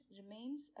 remains